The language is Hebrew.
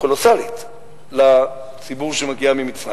קולוסלית לציבור שמגיע ממצרים,